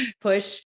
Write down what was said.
push